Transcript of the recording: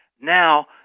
now